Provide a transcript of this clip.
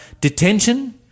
detention